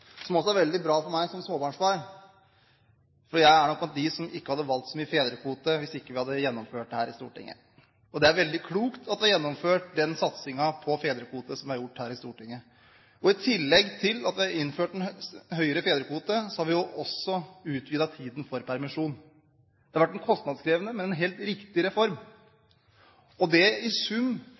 som også er veldig bra for meg som småbarnsfar, for jeg er nok blant dem som ikke hadde valgt å ta ut så mye fedrekvote hvis Stortinget ikke hadde innført det. Det er veldig klokt at vi har gjennomført den satsingen på fedrekvote som vi har gjort her i Stortinget. I tillegg til at vi har innført en større fedrekvote, har vi også utvidet permisjonstiden. Det har vært en kostnadskrevende, men en helt riktig reform. Den familiepolitikken vi har i Norge, har i sum